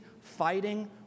fighting